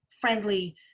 friendly